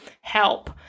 help